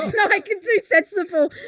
no i can do sensible